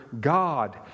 God